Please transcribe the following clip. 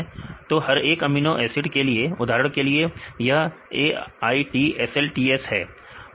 तो हर एक अमीनो एसिड के लिए उदाहरण के लिए यह AITSLTS है